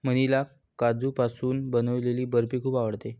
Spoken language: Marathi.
मीनाला काजूपासून बनवलेली बर्फी खूप आवडते